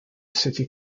city